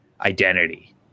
identity